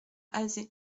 azé